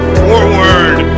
forward